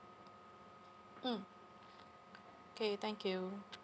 mm okay thank you